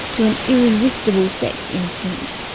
to an irresistible sex-instinct.